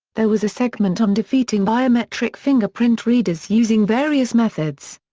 there was a segment on defeating biometric fingerprint readers using various methods.